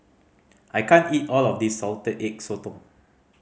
I can't eat all of this Salted Egg Sotong